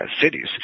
cities